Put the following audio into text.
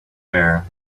bare